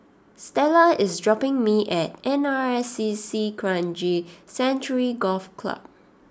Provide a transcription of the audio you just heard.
Stella is dropping me at N R S C C Kranji Sanctuary Golf Club